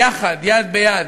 יחד, יד ביד,